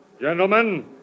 Gentlemen